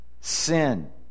sin